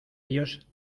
ellos